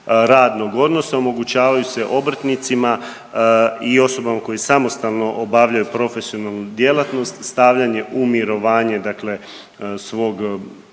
radnog odnosa omogućavaju se obrtnicima i osobama koje samostalno obavljaju profesionalnu djelatnost stavljanje u mirovanje svog